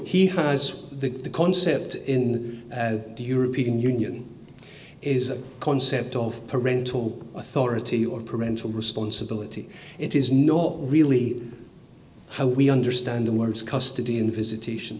he has the the concept in the european union is a concept of parental authority or parental responsibility it is not really how we understand the words custody and visitation